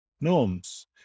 norms